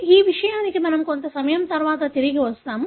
ఈ విషయానికి మనము కొంత సమయం తరువాత తిరిగి వస్తాము